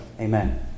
Amen